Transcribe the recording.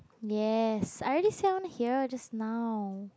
yes I already said I wanna hear just now